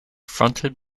fronted